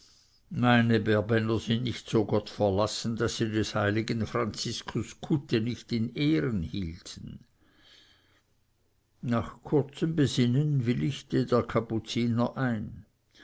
meine berbenner sind nicht so gottverlassen daß sie des heiligen franziskus kutte nicht in ehren hielten nach kurzem besinnen willigte der kapuziner ein